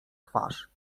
twarz